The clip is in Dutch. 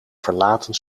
verlaten